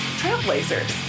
trailblazers